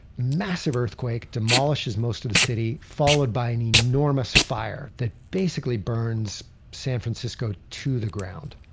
massive earthquake demolishes most of the city followed by an enormous fire that basically burns san francisco to the ground.